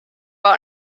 out